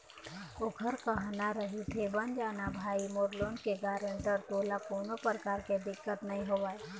ओखर कहना रहिथे बन जाना भाई मोर लोन के गारेंटर तोला कोनो परकार के दिक्कत नइ होवय